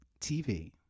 TV